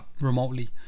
Remotely